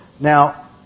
Now